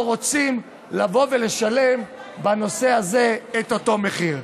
וגם הם לא רוצים לבוא ולשלם בנושא הזה את אותו מחיר.